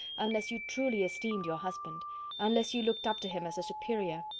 unless you truly esteemed your husband unless you looked up to him as a superior.